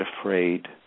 afraid